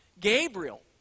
Gabriel